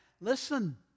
Listen